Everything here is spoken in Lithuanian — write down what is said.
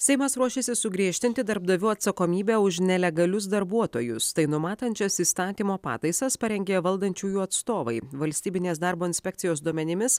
seimas ruošiasi sugriežtinti darbdavių atsakomybę už nelegalius darbuotojus tai numatančias įstatymo pataisas parengė valdančiųjų atstovai valstybinės darbo inspekcijos duomenimis